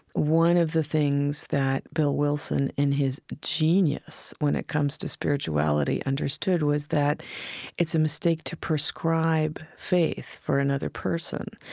one of the things that bill wilson, in his genius when it comes to spirituality, understood was that it's a mistake to prescribe faith for another person,